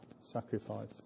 sacrifice